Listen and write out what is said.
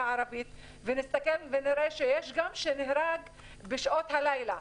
הערבית ונראה שיש מישהו שנהרג בשעות הלילה,